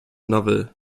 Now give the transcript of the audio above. novel